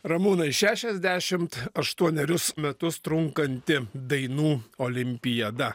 ramūnai šešiasdešimt aštuonerius metus trunkanti dainų olimpiada